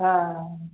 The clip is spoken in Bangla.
হ্যাঁ